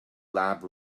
lab